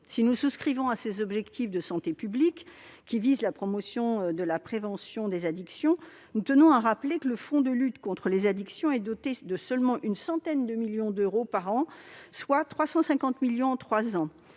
Si nous souscrivons à cet objectif de santé publique, à savoir la promotion de la prévention des addictions, nous tenons à rappeler que le fonds de lutte contre les addictions n'est doté que d'une centaine de millions d'euros par an, soit 350 millions d'euros